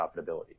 profitability